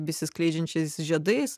besiskleidžiančiais žiedais